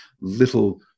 little